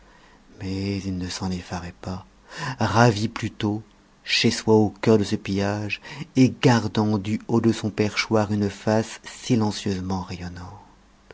mais il ne s'en effarait pas ravi plutôt chez soi au cœur de ce pillage et gardant du haut de son perchoir une face silencieusement rayonnante